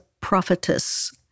prophetess